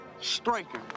Striker